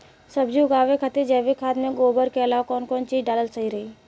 सब्जी उगावे खातिर जैविक खाद मे गोबर के अलाव कौन कौन चीज़ डालल सही रही?